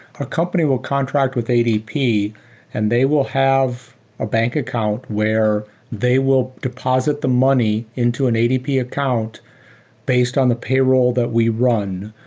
a company will contract with adp and they will have a bank account where they will deposit the money into an adp account based on the payroll that we run.